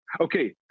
Okay